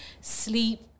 sleep